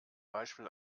beispiel